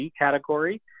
category